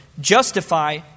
justify